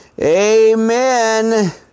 Amen